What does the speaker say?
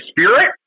Spirit